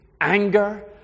anger